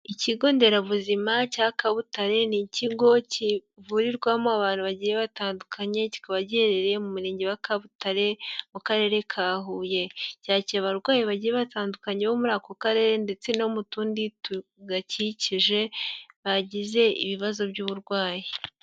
Ikigo nderabuzima cya Kabutare ni iki ngo kivurirwamo abantu bagiye batandukanye, kikaba giherereye mu murenge wa Kabutare mu karere ka Huye. Cyakira abarwayi bagiye batandukanye bo muri ako karere ndetse no mu tundi tugakikije bagize ibibazo by'uburwayi.